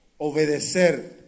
obedecer